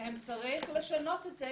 אני אתמצת את זה.